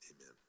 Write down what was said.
Amen